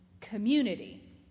community